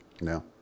No